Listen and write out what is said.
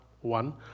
one